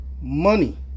money